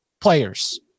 players